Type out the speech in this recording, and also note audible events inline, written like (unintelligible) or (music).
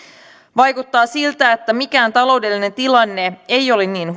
vaikuttaa siltä että mikään taloudellinen tilanne ei ole niin (unintelligible)